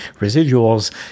residuals